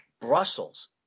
Brussels